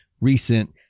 recent